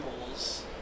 holes